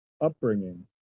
upbringing